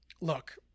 Look